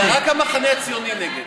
רק המחנה הציוני נגד.